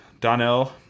Donnell